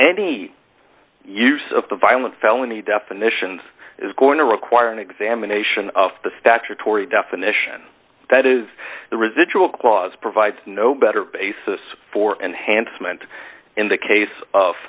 any use of the violent felony definitions is going to require an examination of the statutory definition that is the residual clause provides no better basis for and handsome and in the case of